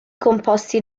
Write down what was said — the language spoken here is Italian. composti